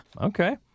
Okay